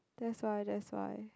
that's why that's why